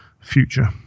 future